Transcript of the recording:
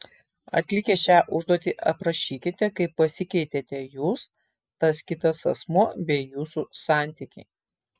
atlikę šią užduotį aprašykite kaip pasikeitėte jūs tas kitas asmuo bei jūsų santykiai